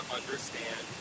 understand